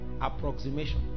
approximation